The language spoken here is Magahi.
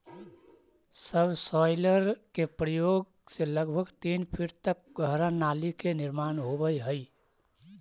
सबसॉइलर के प्रयोग से लगभग तीन फीट तक गहरा नाली के निर्माण होवऽ हई